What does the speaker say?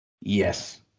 yes